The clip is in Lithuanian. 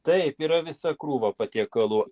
taip yra visa krūva patiekalų